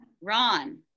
Ron